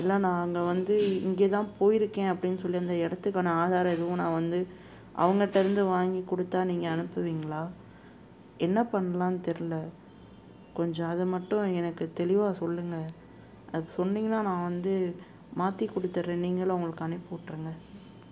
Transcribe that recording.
இல்லை நான் அங்கே வந்து இங்க தான் போயிருக்கேன் அப்படின்னு சொல்லி அந்த இடத்துக்கான ஆதாரம் எதுவும் நான் வந்து அவங்கள்ட்டேருந்து வாங்கி கொடுத்தா நீங்கள் அனுப்புவீங்களா என்ன பண்ணலான்னு தெரில கொஞ்சம் அதை மட்டும் எனக்கு தெளிவாக சொல்லுங்கள் அது சொன்னீங்கன்னா நான் வந்து மாற்றி கொடுத்துட்றேன் நீங்களும் அவங்களுக்கு அனுப்பி விட்ருங்க